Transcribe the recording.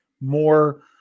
more